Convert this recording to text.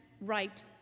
right